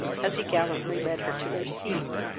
as he gallantly led her to her seat.